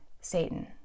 Satan